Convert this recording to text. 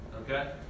Okay